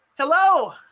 Hello